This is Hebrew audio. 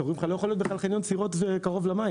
כי אומרים לך שבכלל לא יכול להיות חניון סירות קרוב למים